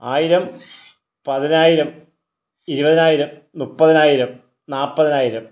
ആയിരം പതിനായിരം ഇരുപതിനായിരം മുപ്പതിനായിരം നാൽപതിനായിരം